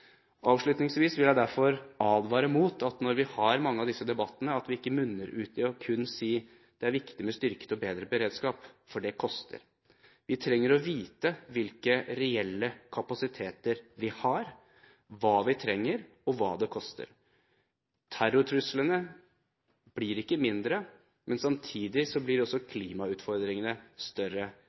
Avslutningsvis vil jeg derfor advare mot at disse debattene, når vi har mange av dem, ikke munner ut i at man kun sier: Det er viktig med styrket og bedre beredskap. For det koster! Vi trenger å vite hvilke reelle kapasiteter vi har, hva vi trenger, og hva det koster. Terrortruslene blir ikke mindre. Samtidig blir også klimautfordringene større.